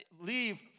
leave